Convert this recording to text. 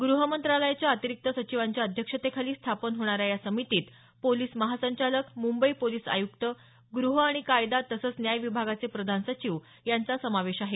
गृह मंत्रालयाच्या अतिरिक्त सचिवांच्या अध्यक्षतेखाली स्थापन होणाऱ्या या समितीत पोलिस महासंचालक मुंबई पोलिस आयुक्त गृह आणि कायदा तसंच न्याय विभागाचे प्रधान सचिव यांचा समावेश आहे